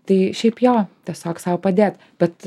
tai šiaip jo tiesiog sau padėt bet